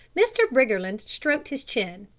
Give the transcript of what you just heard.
mr. briggerland stroked his chin.